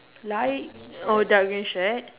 light or dark green shirt